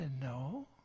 no